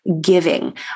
giving